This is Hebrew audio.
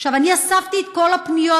אני אספתי את כל הפניות,